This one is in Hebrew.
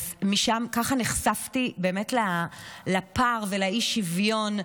אז ככה נחשפתי באמת לפער ולאי-שוויון,